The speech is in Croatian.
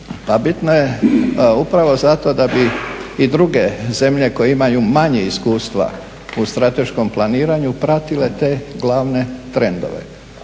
bitno je upravo zato da bi i druge zemlje koje imaju manje iskustva u strateškom planiranju pratile te glavne trendove.